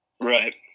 Right